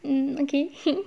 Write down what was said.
mm okay